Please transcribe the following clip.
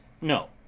No